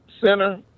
center